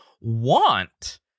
want